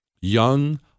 Young